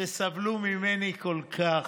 שסבלו ממני כל כך,